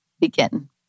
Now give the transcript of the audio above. begin